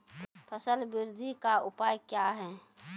फसल बृद्धि का उपाय क्या हैं?